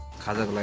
color